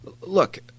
look